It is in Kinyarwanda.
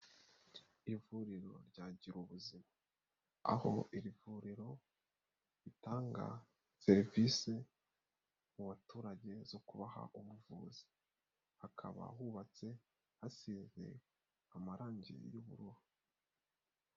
Ivuriro ryagira ubuzima. Aho iri vuriro ritanga serivisi mu baturage zo kubaha ubuvuzi. Hakaba hubatse, hasize amarangi y'ubururu.